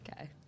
Okay